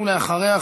ואחריה,